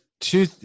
two